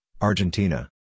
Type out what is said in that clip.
Argentina